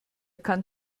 kann